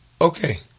okay